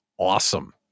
Awesome